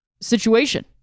situation